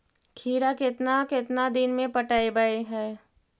खिरा केतना केतना दिन में पटैबए है?